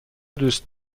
دوست